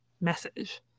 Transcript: message